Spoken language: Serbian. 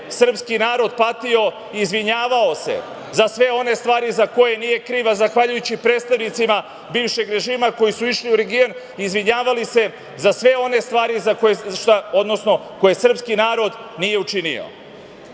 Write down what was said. srpski narod patio i izvinjavao se za sve one stvari za koje nije kriv, a zahvaljujući predstavnicima bivšeg režima koji su išli u region i izvinjavali se za sve one stvari koje srpski narod nije učinio. Danas